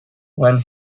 when